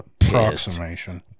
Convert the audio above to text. approximation